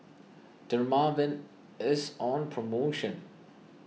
Dermaveen is on promotion